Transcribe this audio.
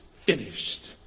finished